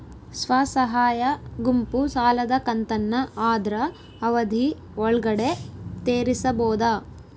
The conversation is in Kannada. ಸ್ವಸಹಾಯ ಗುಂಪು ಸಾಲದ ಕಂತನ್ನ ಆದ್ರ ಅವಧಿ ಒಳ್ಗಡೆ ತೇರಿಸಬೋದ?